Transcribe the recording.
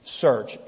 search